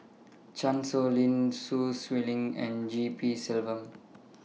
Chan Sow Lin Sun Xueling and G P Selvam